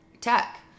tech